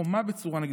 כחומה בצורה נגדך.